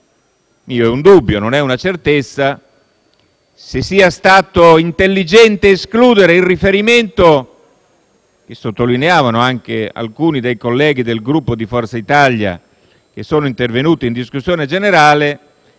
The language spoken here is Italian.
mio è un dubbio e non una certezza - se sia stato intelligente escludere, come hanno sottolineato anche alcuni dei colleghi del Gruppo Forza Italia intervenuti in discussione generale,